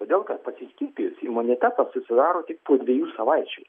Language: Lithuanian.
todėl kad pasiskiepijus imunitetas susidaro tik po dviejų savaičių